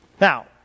Now